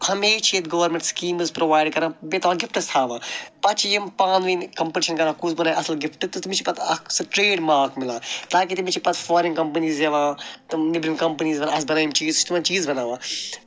ہَمیشہٕ چھِ ییٚتہِ گورمٮ۪نٛٹ سِکیٖمٕز پرٛووایِڈ کران بیٚیہِ گِفٹٕس تھاوان پَتہٕ چھِ یِم پانہٕ ؤنۍ کَمپٕٹشَن کران کُس بَناوِ اَصٕل گِفٹ تہٕ تٔمِس چھِ پَتہٕ اکھ سُہ ٹرٛیڈ مارٕک مِلان تاکہِ تٔمِس چھِ پَتہٕ فورٮ۪ن کَمپٕنیٖز یِوان تِم نیٚبرِم کَمپٕنیٖز وَنان اَسہِ بَنٲیِو یِم چیٖز سُہ چھُ تِمَن چیٖز بَناوان